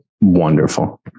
wonderful